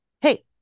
hey